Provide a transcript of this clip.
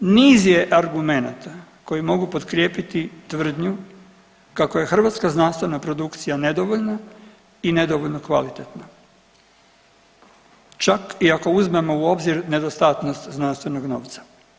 Niz je argumenata koji mogu potkrijepiti tvrdnju kako je hrvatska znanstvena produkcija nedovoljna i nedovoljno kvalitetna čak i ako uzmemo u obzir nedostatnost znanstvenog novca.